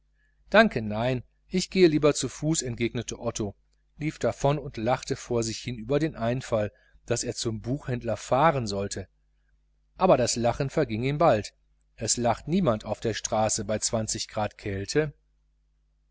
danke nein ich gehe zu fuß entgegnete otto lief davon und lachte vor sich hin über den einfall daß er zum buchhändler fahren sollte aber das lachen verging ihm bald es lacht niemand auf der straße bei zwanzig grad kälte